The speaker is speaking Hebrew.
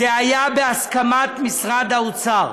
זה היה בהסכמת משרד האוצר,